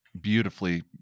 beautifully